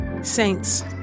Saints